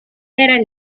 era